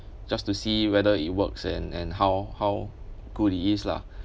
just to see whether it works and and how how good it is lah